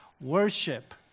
worship